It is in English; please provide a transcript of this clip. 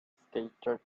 scattered